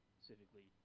specifically